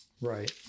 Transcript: Right